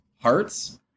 Hearts